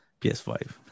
PS5